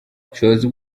ubushobozi